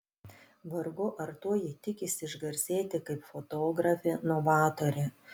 vargu ar tuo ji tikisi išgarsėti kaip fotografė novatorė